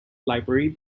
library